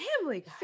family